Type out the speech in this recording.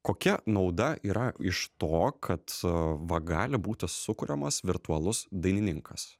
kokia nauda yra iš to kad va gali būti sukuriamas virtualus dailininkas